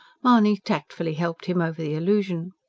mahony tactfully helped him over the allusion.